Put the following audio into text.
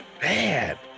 Bad